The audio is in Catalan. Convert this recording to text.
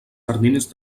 terminis